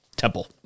temple